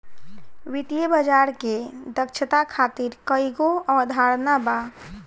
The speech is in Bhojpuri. वित्तीय बाजार के दक्षता खातिर कईगो अवधारणा बा